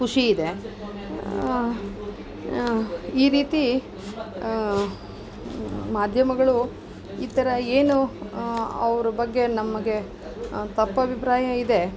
ಖುಷಿ ಇದೆ ಈ ರೀತಿ ಮಾಧ್ಯಮಗಳು ಈ ಥರ ಏನು ಅವ್ರ ಬಗ್ಗೆ ನಮಗೆ ತಪ್ಪು ಅಭಿಪ್ರಾಯ ಇದೆ